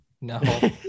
No